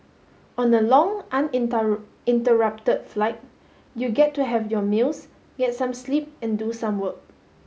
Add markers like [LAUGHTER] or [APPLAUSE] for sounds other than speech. on a long [UNINTELLIGIBLE] flight you get to have your meals get some sleep and do some work